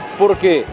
porque